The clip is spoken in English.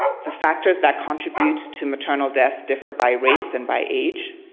the factors that contribute to maternal deaths differ by race and by age.